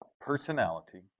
personality